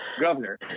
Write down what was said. governor